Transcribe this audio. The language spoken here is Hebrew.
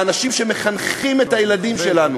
האנשים שמחנכים את הילדים שלנו,